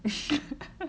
ship